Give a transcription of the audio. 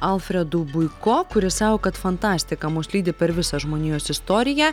alfredu buiko kuris sako kad fantastika mus lydi per visą žmonijos istoriją